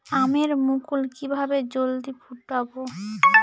আমের মুকুল কিভাবে জলদি ফুটাব?